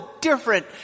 different